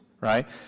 right